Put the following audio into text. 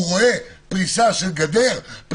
הוא רואה פריסה של גדר.